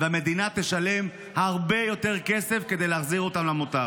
והמדינה תשלם הרבה יותר כסף כדי להחזיר אותם למוטב.